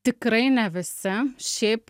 tikrai ne visi šiaip